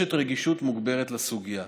נדרשת רגישות מוגברת לסוגיה.